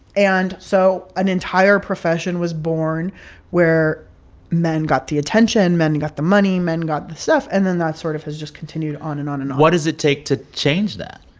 and so an entire profession was born where men got the attention. men got the money. men got the stuff. and then that sort of has just continued on and on and on what does it take to change that?